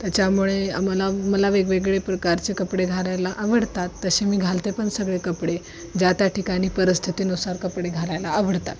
त्याच्यामुळे आम्हाला मला वेगवेगळे प्रकारचे कपडे घालायला आवडतात तसे मी घालते पण सगळे कपडे ज्या त्या ठिकाणी परिस्थितीनुसार कपडे घालायला आवडतात